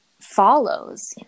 follows